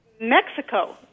Mexico